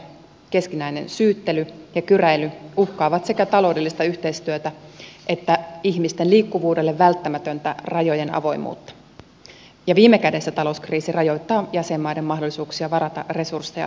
keskinäinen syyttely ja kyräily uhkaavat sekä taloudellista yhteistyötä että ihmisten liikkuvuudelle välttämätöntä rajojen avoimuutta ja viime kädessä talouskriisi rajoittaa jäsenmaiden mahdollisuuksia varata resursseja turvallisuutensa takaamiseen